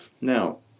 Now